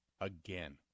again